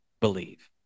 believe